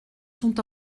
sont